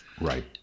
right